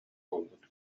буолбут